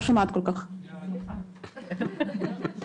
אני מודאגת מהדירוג הישראלי בדו"ח על הסחר בבני אדם של מחלקת המדינה